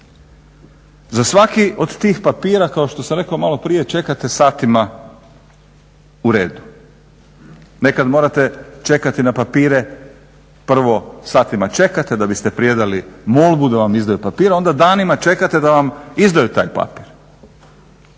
Za svaki od tih papira kao što sam rekao malo prije čekate satima u redu. Nekad morate čekati na papire, prvo satima čekate da biste predali molbu da vam izdaju papire onda danima čekate da vam izdaju taj papir.